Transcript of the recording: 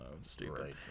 stupid